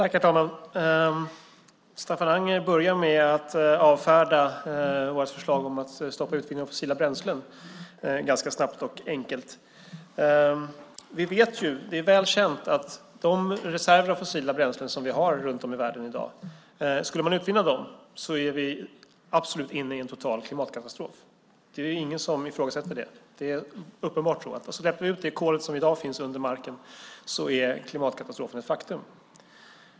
Herr talman! Staffan Anger började med att avfärda vårt förslag om att stoppa utvinningen av fossila bränslen ganska snabbt och enkelt. Det är väl känt att om man utvinner de reserver av fossila bränslen som vi har runt om i världen i dag får vi en total klimatkatastrof. Det är ingen som ifrågasätter det; det är uppenbart. Släpper vi ut det kol som i dag finns under marken är klimatkatastrofen ett faktum.